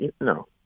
No